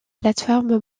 plateforme